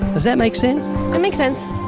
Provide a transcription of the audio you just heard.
does that make sense? that makes sense.